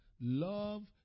Love